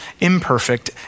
imperfect